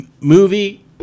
movie